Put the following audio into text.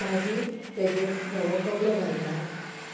मागीर तेजेर धवो कपडो घालतात